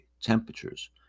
temperatures